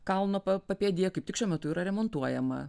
kalno papėdėje kaip tik šiuo metu yra remontuojama